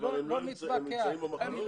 לא נתווכח.